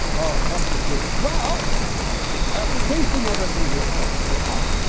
tough decision well after tasting everything here. oh, it's still hot